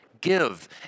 Give